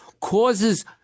causes